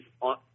on